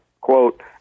quote